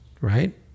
right